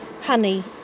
honey